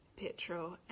petrol